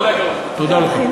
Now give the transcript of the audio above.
כל הכבוד.